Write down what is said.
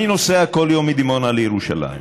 אני נוסע כל יום מדימונה לירושלים.